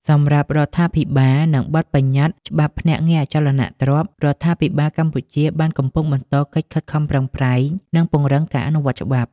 សម្រាប់រដ្ឋាភិបាល និងបទប្បញ្ញត្តិច្បាប់ភ្នាក់ងារអចលនទ្រព្យ រដ្ឋាភិបាលកម្ពុជាបានកំពុងបន្តកិច្ចខិតខំប្រឹងប្រែងនិងពង្រឹងការអនុវត្តច្បាប់។